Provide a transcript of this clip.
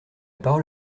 parole